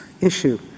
issue